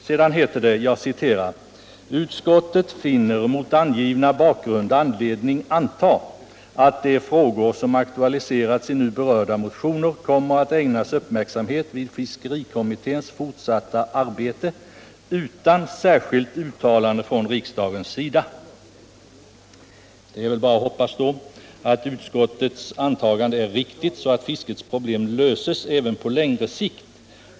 Sedan heter det: ”Utskottet finner mot angivna bakgrund anledning anta att de frågor som aktualiserats i nu berörda motioner kommer att ägnas uppmärksamhet vid fiskerikommitténs fortsatta arbete utan särskilt uttalande från riksdagens sida.” Det är väl bara att hoppas att utskottets antagande är riktigt, så att fiskets problem löses även på längre sikt.